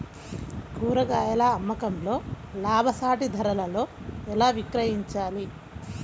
కూరగాయాల అమ్మకంలో లాభసాటి ధరలలో ఎలా విక్రయించాలి?